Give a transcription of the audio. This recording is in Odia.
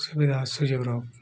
ସୁବିଧା ସୁଯୋଗର